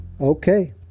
Okay